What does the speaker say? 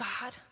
God